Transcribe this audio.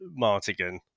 martigan